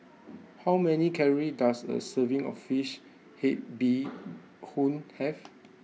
how many calories does a serving of Fish Head Bee Hoon have